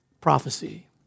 prophecy